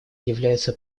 является